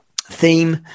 theme